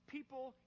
people